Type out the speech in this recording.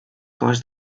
cost